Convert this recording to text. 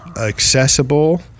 accessible